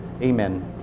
amen